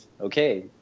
okay